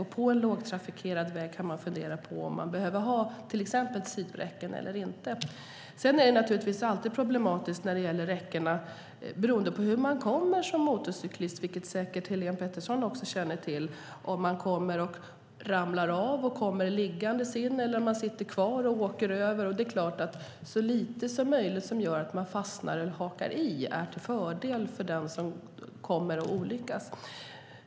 Man kan fundera på om man verkligen behöver ha till exempel sidoräcken på en lågtrafikerad väg. Hur man som motorcyklist träffar räcket har också stor betydelse, vilket Helene Petersson säkert känner till. Ramlar man av och kommer liggande in i räcket, eller sitter man kvar och åker över? Det är klart att så lite som möjligt som kan göra att man fastnar eller hakar i är till fördel för den som råkar ut för en olycka.